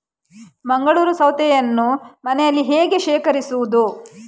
ಮಂಗಳೂರು ಸೌತೆಯನ್ನು ಮನೆಯಲ್ಲಿ ಹೇಗೆ ಶೇಖರಿಸುವುದು?